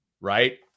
right